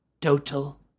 total